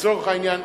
לצורך העניין,